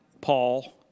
Paul